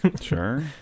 Sure